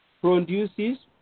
produces